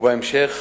ובהמשך